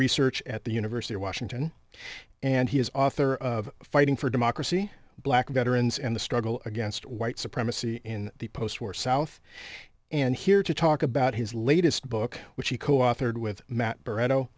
research at the university of washington and he is author of fighting for democracy black veterans and the struggle against white supremacy in the postwar south and here to talk about his latest book which he coauthored with matt bar